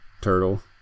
turtle